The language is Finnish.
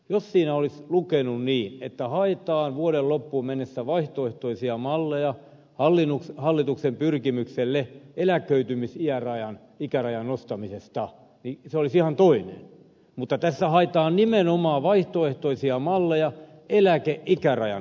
jos siinä olisi lukenut niin että haetaan vuoden loppuun mennessä vaihtoehtoisia malleja hallituksen pyrkimykselle eläköitymisikärajan nostamisesta se olisi ihan toinen mutta tässä haetaan nimenomaan vaihtoehtoisia malleja eläkeikärajan nostamiselle